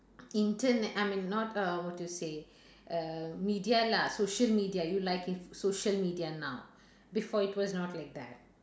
internet I mean not uh what you say err media lah social media you like it social media now before it was not like that